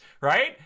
right